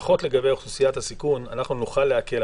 לפחות לגבי אוכלוסיית הסיכון, נוכל להקל.